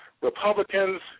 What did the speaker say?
Republicans